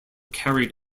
carried